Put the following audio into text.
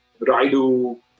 Raidu